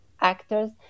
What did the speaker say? actors